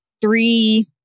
three